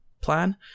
plan